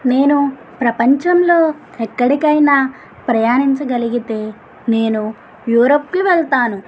నేను ప్రపంచంలో ఎక్కడికైనా ప్రయాణించగలిగితే నేను యూరప్కి వెళ్తాను